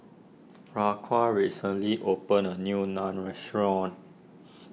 Raquan recently opened a new Naan restaurant